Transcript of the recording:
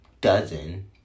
dozen